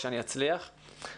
חשוב לי מאוד שתדעו.